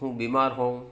હું બીમાર હોઉં